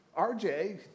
RJ